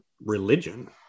religion